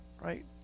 right